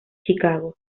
chicago